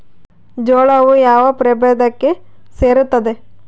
ಜೋಳವು ಯಾವ ಪ್ರಭೇದಕ್ಕೆ ಸೇರುತ್ತದೆ?